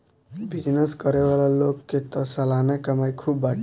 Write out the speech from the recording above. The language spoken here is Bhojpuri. बिजनेस करे वाला लोग के तअ सलाना कमाई खूब बाटे